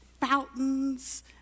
fountains